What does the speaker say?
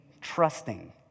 trusting